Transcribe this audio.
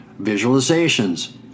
visualizations